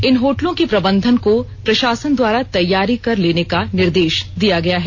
इन होटलों के प्रबंधन को प्रशासन द्वारा तैयारी कर लेने का निर्देश दिया है